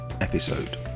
episode